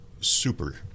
super